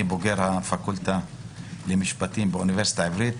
בוגר הפקולטה למשפטים באוניברסיטה העברית.